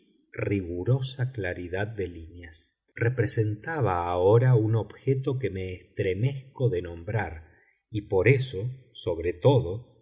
rigurosa claridad de líneas representaba ahora un objeto que me estremezco de nombrar y por eso sobre todo